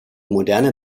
moderne